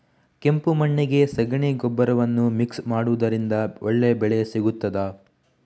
ಕೆಂಪು ಮಣ್ಣಿಗೆ ಸಗಣಿ ಗೊಬ್ಬರವನ್ನು ಮಿಕ್ಸ್ ಮಾಡುವುದರಿಂದ ಒಳ್ಳೆ ಬೆಳೆ ಸಿಗುತ್ತದಾ?